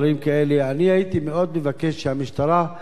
אני הייתי מאוד מבקש שהמשטרה תעשה כל